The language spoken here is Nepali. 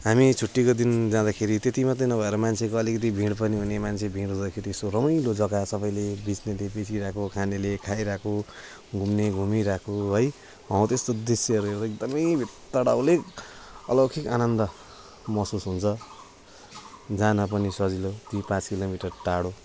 हामी छुट्टीको दिन जाँदाखेरि त्यति मात्र नभएर मान्छेको अलिकिति भिड पनि हुने मान्छे भिड हुँदाखेरि यस्तो रमाइलो जग्गा सबैले बेच्नेले बेचिरहेको खानेले खाइरहेको घुम्ने घुमिरहेको है हो त्यस्तो दृश्यहरू हेरेर एकदमै भित्रबाट अलिक अलौकिक आनन्द महसुस हुन्छ जान पनि सजिलो त्यही पाँच किलोमीटर टाढो